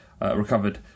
Recovered